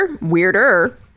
weirder